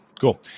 cool